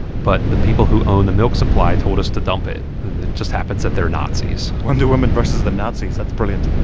but the people who own the milk supply told us to dump it. and it just happens that they're nazis wonder woman versus the nazis, that's brilliant.